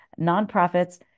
nonprofits